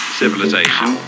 civilization